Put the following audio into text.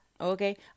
Okay